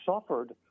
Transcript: suffered